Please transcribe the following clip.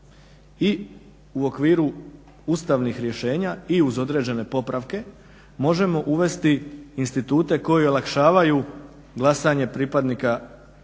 i u okviru ustavnih rješenja i uz određene popravke možemo uvesti institute koji olakšavaju glasanje pripadnika hrvatske